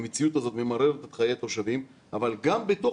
המציאות הזאת ממררת את חיי התושבים אבל גם בתוך